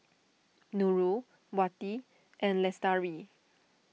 Nurul Wati and Lestari